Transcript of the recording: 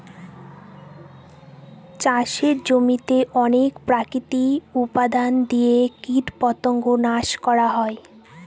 চাষের জমিতে অনেক প্রাকৃতিক উপাদান দিয়ে কীটপতঙ্গ নাশ করা হয়